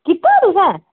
कीता तुसें